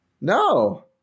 No